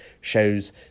shows